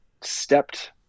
stepped